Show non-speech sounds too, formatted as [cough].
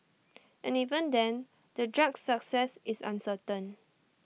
[noise] and even then the drug's success is uncertain